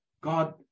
God